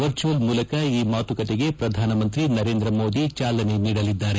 virtual ಮೂಲಕ ಈ ಮಾತುಕತೆಗೆ ಪ್ರಧಾನಮಂತ್ರಿ ನರೇಂದ್ರ ಮೋದಿ ಚಾಲನೆ ನೀಡಲಿದ್ದಾರೆ